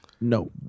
No